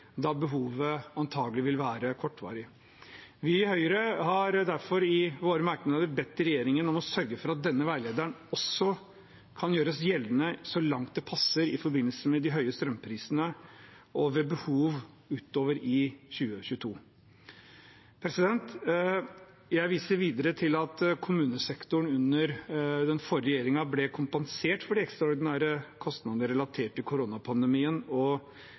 da behovet antagelig vil være kortvarig. Vi i Høyre har derfor i våre merknader bedt regjeringen sørge for at denne veilederen også kan gjøres gjeldende så langt det passer i forbindelse med de høye strømprisene, og ved behov utover i 2022. Jeg viser videre til at kommunesektoren under den forrige regjeringen ble kompensert for de ekstraordinære kostnadene relatert til koronapandemien,